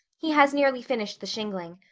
he has nearly finished the shingling.